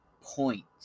point